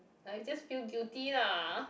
I just feel guilty lah